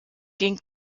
ging